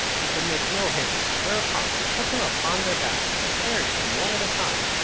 and could make no haste, whereupon they took him upon their backs, and carried him, one at a time,